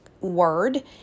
word